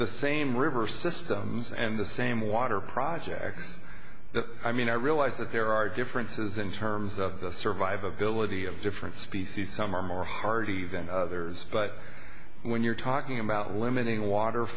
the same river systems and the same water projects i mean i realize that there are differences in terms of the survivability of different species some are more hardy than others but when you're talking about limiting water